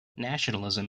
nationalism